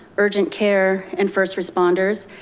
urgent care and first responders.